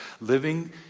living